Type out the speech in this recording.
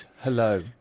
hello